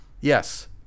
yes